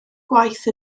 gwaith